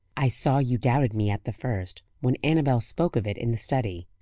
i saw you doubted me at the first when annabel spoke of it in the study.